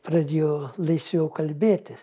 pradėjo laisviau kalbėti